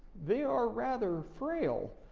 they are rather frail,